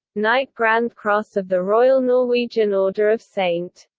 knight grand cross of the royal norwegian order of st.